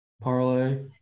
parlay